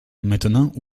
maintenant